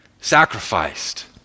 Sacrificed